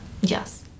Yes